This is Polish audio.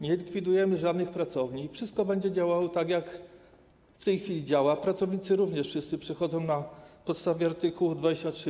Nie likwidujemy żadnej pracowni, wszystko będzie działało tak, jak w tej chwili działa, pracownicy również wszyscy przechodzą na podstawie art. 23